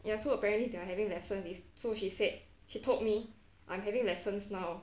ya so apparently they are having lesson so she said she told me I'm having lessons now